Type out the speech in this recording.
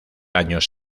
años